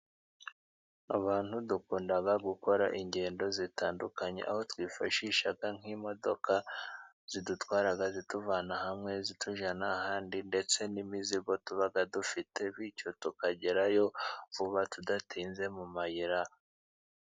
Abantu dukunda gukora ingendo zitandukanye, aho twifashisha nk'imodoka zidutwara zituvana hamwe zitujyana ahandi ndetse n'imizigo tuba dufite, bityo tukagerayo vuba tudatinze mu mayira.